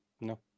No